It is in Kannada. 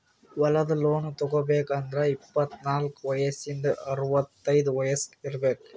ಹೊಲದ್ ಲೋನ್ ತಗೋಬೇಕ್ ಅಂದ್ರ ಇಪ್ಪತ್ನಾಲ್ಕ್ ವಯಸ್ಸಿಂದ್ ಅರವತೈದ್ ವಯಸ್ಸ್ ಇರ್ಬೆಕ್